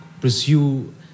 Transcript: pursue